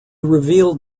revealed